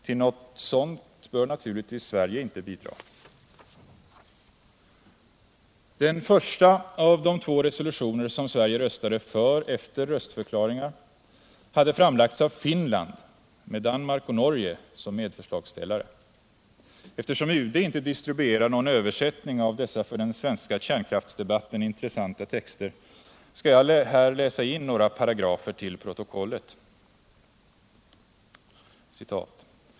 Till något sådant bör naturligtvis Sverige inte bidra. Den första av de två resolutioner som Sverige röstade för efter röstförklaringar hade framlagts av Finland med Danmark och Norge som medförslagsställare. Eftersom UD inte distribuerar någon översättning av dessa för den svenska kärnkraftsdebatten intressanta texter, skall jag här läsa in några paragrafer till protokollet.